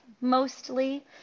mostly